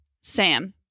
Sam